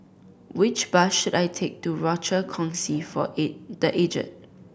which bus should I take to Rochor Kongsi for The Aged